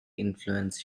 influence